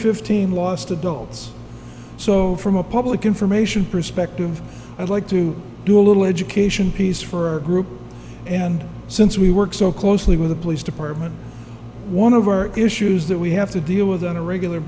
fifteen lost adults so from a public information perspective i'd like to do a little education piece for group and since we work so closely with the police department one of our issues that we have to deal with on a regular